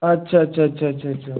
अच्छा अच्छा अच्छा अच्छा अच्छा